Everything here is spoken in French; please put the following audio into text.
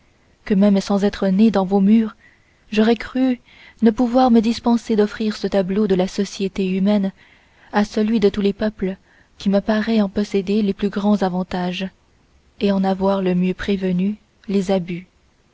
que même sans être né dans vos murs j'aurais cru ne pouvoir me dispenser d'offrir ce tableau de la société humaine à celui de tous les peuples qui me paraît en posséder les plus grands avantages et en avoir le mieux prévenu les abus